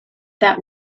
that